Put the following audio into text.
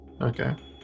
Okay